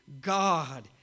God